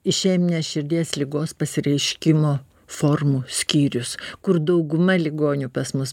išemine širdies ligos pasireiškimo formų skyrius kur dauguma ligonių pas mus